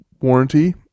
warranty